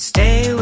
Stay